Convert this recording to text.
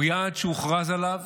הוא יעד שהוכרז עליו